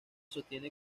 sostiene